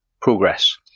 progress